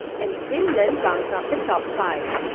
and finland rounds out the top five.